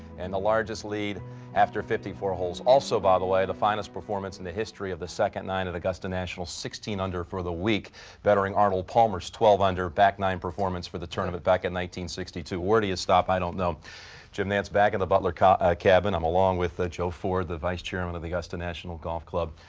and the largest lead after fifty-four holes. also, by the way, the finest performance in the history of the second nine at augusta national. sixteen under for the week bettering. arnold palmer's. twelve under back nine performance for the tournament. back in. nineteen. sixty-two. where do you stop i? don't know jim. that's back in the but like ah publicado and um a with the chill for the vice chairman of the us to national golf club.